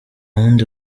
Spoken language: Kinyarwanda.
wundi